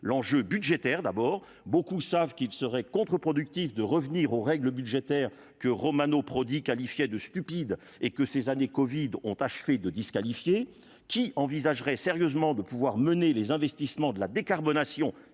l'enjeu budgétaire d'abord beaucoup savent qu'il serait contre-productif de revenir aux règles budgétaires que Romano Prodi, qualifié de stupide et que ces années Covid ont achevé de disqualifier qui envisagerait sérieusement de pouvoir mener les investissements de la décarbonation